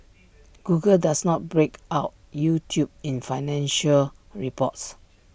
Google does not break out YouTube in financial reports